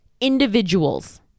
individuals